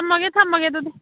ꯊꯝꯃꯒꯦ ꯊꯝꯃꯒꯦ ꯑꯗꯨꯗꯤ